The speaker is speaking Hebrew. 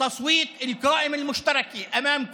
הבאתי לכם את